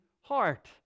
heart